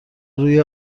روی